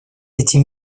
эти